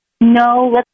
no